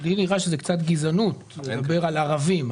לי נראה שזאת קצת גזענות לדבר על ערבים.